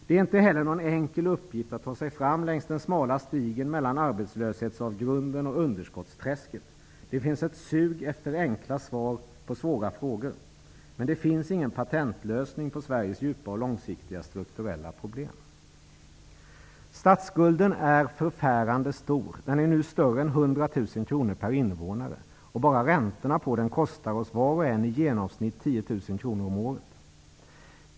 Det är inte heller någon enkel uppgift att ta sig fram längs den smala stigen mellan arbetslöshetsavgrunden och underskottsträsket. Det finns ett sug efter enkla svar på svåra frågor. Men det finns ingen patentlösning på Sveriges djupa och långsiktiga strukturella problem. Statsskulden är förfärande stor. Den är nu större än 100 000 kronor per invånare, och bara räntorna på den kostar oss var och en i genomsnitt 10 000 kronor om året.